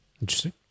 interesting